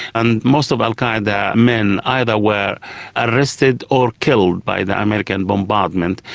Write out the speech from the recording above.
and most of al qaeda men either were arrested or killed by the american bombardment.